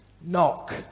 knock